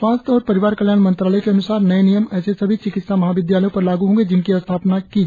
स्वास्थ्य और परिवार कल्याण मंत्रालय के अन्सार नए नियम ऐसे सभी चिकित्सा महाविदयालयों पर लागू होंगे जिनकी स्थापना की जानी है